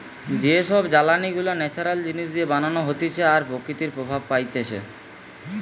যে সব জ্বালানি গুলা ন্যাচারাল জিনিস দিয়ে বানানো হতিছে আর প্রকৃতি প্রভাব পাইতিছে